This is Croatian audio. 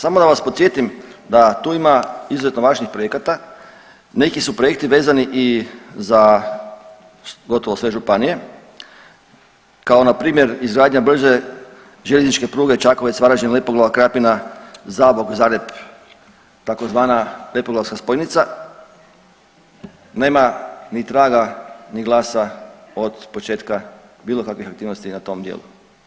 Samo da vas podsjetim da tu ima izuzetno važnih projekata, neki su projekti vezani i za gotovo sve županije kao npr. izgradnja brze željezničke pruge Čakovac-Varaždin-Lepoglava-Krapina-Zabok-Zagreb tzv. lepoglavska spojnica, nema ni traga ni glasa od početka bilo kakvih aktivnosti na tom dijelu.